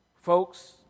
Folks